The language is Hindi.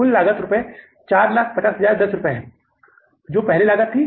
कुल लागत रुपये 450010 है जो पहले लागत थी